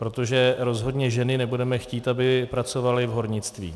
Protože rozhodně ženy nebudeme chtít, aby pracovaly v hornictví.